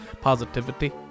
positivity